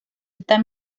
está